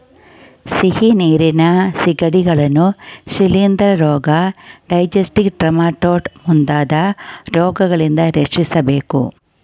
ಸಿಹಿನೀರಿನ ಸಿಗಡಿಗಳನ್ನು ಶಿಲಿಂದ್ರ ರೋಗ, ಡೈಜೆನೆಟಿಕ್ ಟ್ರೆಮಾಟೊಡ್ ಮುಂತಾದ ರೋಗಗಳಿಂದ ರಕ್ಷಿಸಬೇಕು